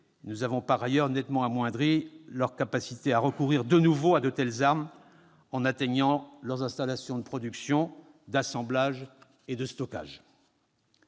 Nous avons par ailleurs nettement amoindri leur capacité à recourir de nouveau à de telles armes, en atteignant leurs installations de production, d'assemblage et de stockage.